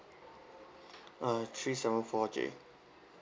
uh three seven four J